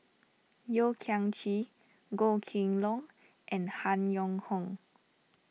Yeo Kian Chye Goh Kheng Long and Han Yong Hong